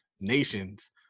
nations